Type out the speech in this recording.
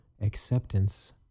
acceptance